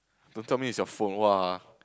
don't tell me it's your phone !wah!